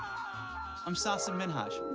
i'm sasan minhaj,